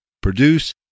produce